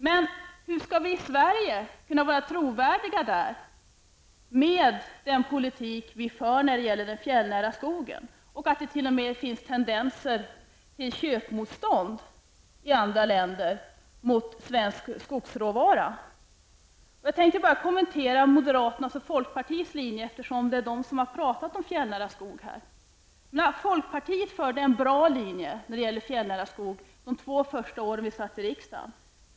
Men hur skall vi i Sverige kunna vara trovärdiga där med den politik vi för när det gäller den fjällnära skogen? Det finns t.o.m. tendenser till köpmotstånd i andra länder när det gäller svensk skogsråvara. Jag tänker något kommentera folkpartiets och moderaternas linje, eftersom företrädare för dessa partier har talat om den fjällnära skogen. Under de två första åren av denna mandatperiod stod folkpartiet för en bra linje när det gäller den fjällnära skogen.